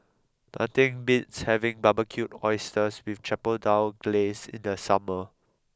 nothing beats having Barbecued Oysters with Chipotle Glaze in the summer